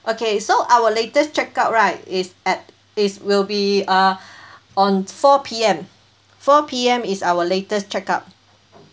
okay so our latest check out right is at is will be uh on four P_M four P_M is our latest check out